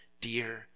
dear